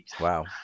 Wow